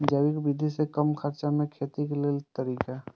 जैविक विधि से कम खर्चा में खेती के लेल तरीका?